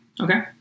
Okay